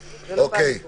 אוקיי, חברים.